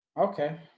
Okay